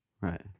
Right